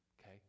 okay